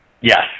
Yes